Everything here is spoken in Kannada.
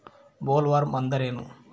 ಬೊಲ್ವರ್ಮ್ ಅಂದ್ರೇನು?